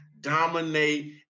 dominate